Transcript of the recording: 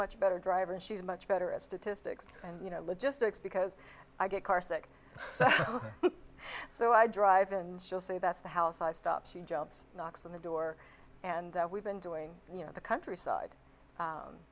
much better driver she's much better at statistics and you know logistics because i get car sick so i drive and she'll say that's the house i stop she jumps knocks on the door and we've been doing you know the countryside